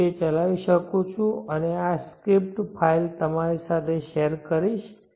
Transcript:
હું તે ચલાવી શકું છું અને આ સ્ક્રિપ્ટ ફાઇલ તમારી સાથે શેર કરીશ